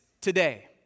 today